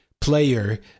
player